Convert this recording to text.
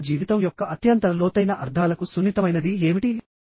మానవ జీవితం యొక్క అత్యంత లోతైన అర్థాలకు సున్నితమైనది ఏమిటి